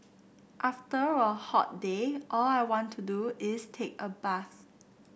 after a hot day all I want to do is take a bath